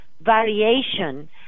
variation